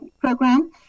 program